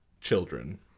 children